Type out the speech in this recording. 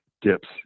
dips